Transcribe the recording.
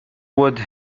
would